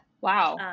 Wow